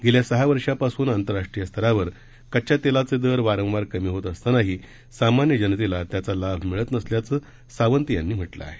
गेल्या सहा वर्षांपासून आंतरराष्ट्रीय स्तरावर कच्च्या तेलाच्या किंमती वारंवार कमी होत असतानाही सामान्य जनतेला त्याचा लाभ मिळत नसल्याचं सावंत यांनी म्हटलं आहे